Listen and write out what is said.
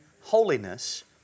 holiness